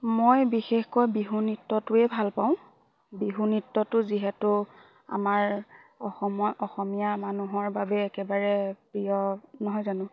মই বিশেষকৈ বিহু নৃত্যটোৱে ভাল পাওঁ বিহু নৃত্যটো যিহেতু আমাৰ অসমৰ অসমীয়া মানুহৰ বাবে একেবাৰে প্ৰিয় নহয় জানো